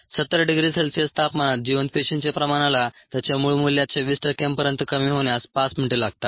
70 degree Celsius तापमानात जिवंत पेशींच्या प्रमाणाला त्याच्या मूळ मूल्याच्या 20 टक्क्यांपर्यंत कमी होण्यास 5 मिनिटे लागतात